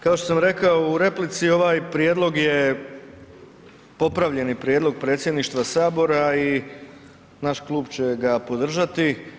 Kao što sam rekao u replici, ovaj prijedlog je popravljeni prijedlog predsjedništva Sabora i naš klub će ga podržati.